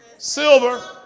Silver